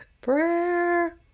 Prayer